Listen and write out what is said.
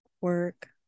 Work